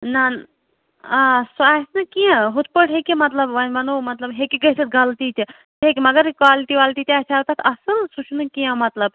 نَہ آ سُہ آسہِ نہٕ کیٚنٛہہ ہُتھ پٲٹھۍ ہیٚکہِ مطلب وۄنۍ وَنو مطلب ہیٚکہِ گٔژتھ غلطی تہِ ہیٚکہِ مگر قالٹی والٹی تہِ آسہِ ہا تَتھ اصٕل سُہ چھُنہٕ کیٚنٛہہ مطلب